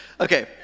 Okay